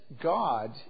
God